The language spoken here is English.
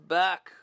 back